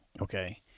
okay